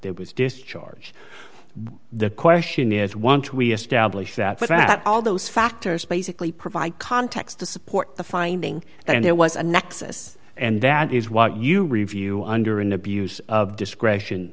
there was discharge the question is once we establish that with that all those factors basically provide context to support the finding that there was a nexus and that is what you review under an abuse of discretion